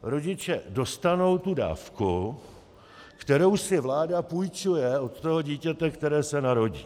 Rodiče dostanou tu dávku, kterou si vláda půjčuje od toho dítěte, které se narodí.